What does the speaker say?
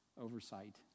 oversight